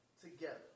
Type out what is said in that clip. together